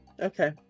Okay